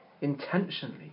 intentionally